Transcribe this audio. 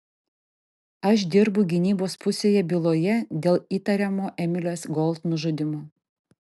aš dirbu gynybos pusėje byloje dėl įtariamo emilės gold nužudymo